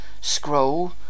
scroll